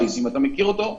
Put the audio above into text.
אתה מכיר אותו?